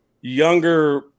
younger